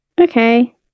okay